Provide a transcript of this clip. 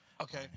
okay